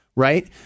Right